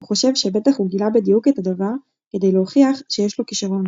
הוא חושב שבטח הוא גילה בדיוק את הדבר כדי להוכיח שיש לו כישרון.